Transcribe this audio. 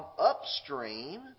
upstream